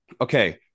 okay